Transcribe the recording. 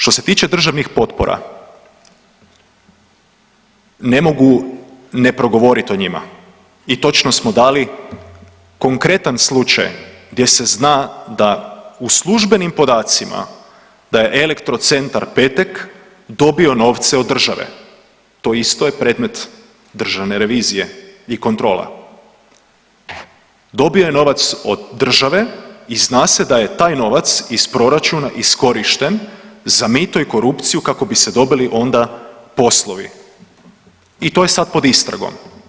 Što se tiče državnih potpora, ne mogu ne progovorit o njima i točno smo dali konkretan slučaj gdje se zna da u službenim podacima da je Elektrocentar Petek dobio novce od države, to isto je predmet državne revizije i kontrola, dobio je novac od države i zna se da je taj novac iz proračuna iskorišten za mito i korupciju kako bi se dobili onda poslovi i to je sad pod istragom.